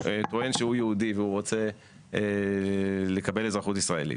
שטוען שהוא יהודי ורוצה לקבל אזרחות ישראלית,